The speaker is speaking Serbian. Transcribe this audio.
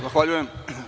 Zahvaljujem.